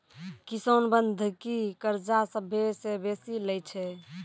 किसान बंधकी कर्जा सभ्भे से बेसी लै छै